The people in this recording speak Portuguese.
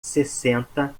sessenta